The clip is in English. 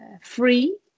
free